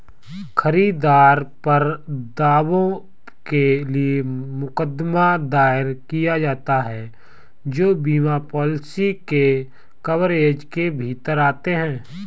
खरीदार पर दावों के लिए मुकदमा दायर किया जाता है जो बीमा पॉलिसी के कवरेज के भीतर आते हैं